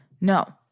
no